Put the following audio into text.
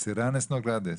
סירדס נירדס.